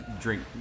drink